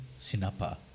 Sinapa